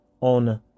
on